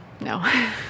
No